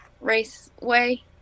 raceway